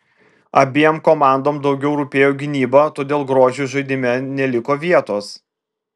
abiem komandom daugiau rūpėjo gynyba todėl grožiui žaidime neliko vietos